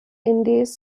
indies